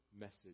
message